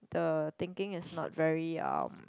the thinking is not very um